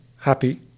Happy